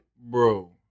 Bro